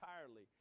entirely